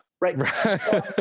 right